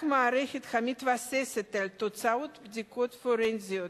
רק מערכת המתבססת על תוצאות בדיקות פורנזיות